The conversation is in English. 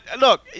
look